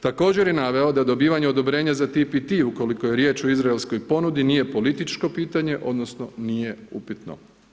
Također je naveo da dobivanje odobrenja za TPT-i ukoliko je riječ o izraelskoj ponudi nije političko pitanje odnosno nije upitno.